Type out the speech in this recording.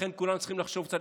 לכן כולם צריכים לחשוב קצת,